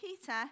Peter